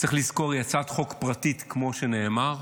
צריך לזכור שזו הצעת חוק פרטית, כמו שנאמר.